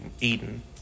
Eden